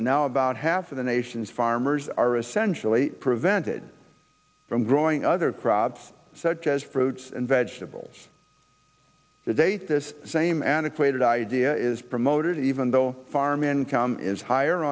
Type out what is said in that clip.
and now about half of the nation's farmers are essentially prevented from growing other crops such as fruits and vegetables to date this same antiquated idea is promoted even though farm income is higher